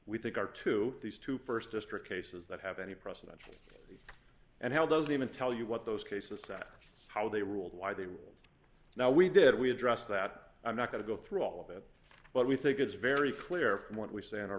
we think are two these two st district cases that have any presidential and how those even tell you what those cases that how they ruled why they ruled now we did we address that i'm not going to go through all of it but we think it's very clear from what we s